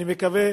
אני מקווה,